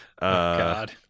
God